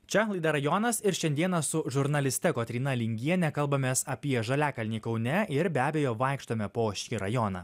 čia laida rajonas ir šiandieną su žurnaliste kotryna lingiene kalbamės apie žaliakalnį kaune ir be abejo vaikštome po šį rajoną